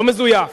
לא מזויף.